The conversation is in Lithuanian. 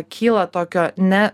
kyla tokio ne